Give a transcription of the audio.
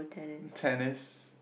tennis